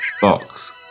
box